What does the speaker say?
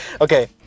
Okay